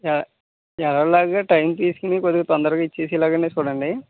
ఆ ఎలాగో అలాగ టైం తీసుకొని కొద్దిగా తొందరగా ఇచ్చేసే లాగానే చూడండి